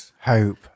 hope